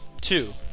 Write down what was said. two